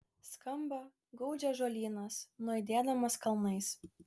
skamba gaudžia ąžuolynas nuaidėdamas kalnais